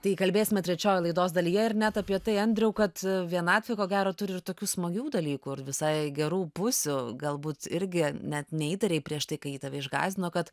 tai kalbėsime trečiojoj laidos dalyje ir net apie tai andriau kad vienatvė ko gero turi ir tokių smagių dalykų visai gerų pusių galbūt irgi net neįtarei prieš tai kai tave išgąsdino kad